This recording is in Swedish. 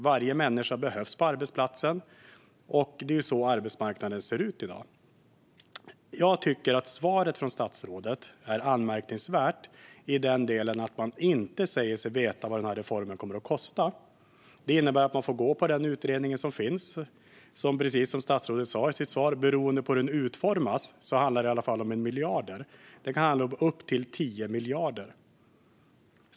Varje människa behövs på arbetsplatsen. Det är så arbetsmarknaden ser ut i dag. Jag tycker att svaret från statsrådet är anmärkningsvärt i och med att man inte säger sig veta vad denna reform kommer att kosta. Det innebär att man får gå på den utredning som finns. Precis som statsrådet sa i sitt svar beror det på hur den utformas. Det handlar i alla fall om 1 miljard. Det kan handla om upp till 10 miljarder.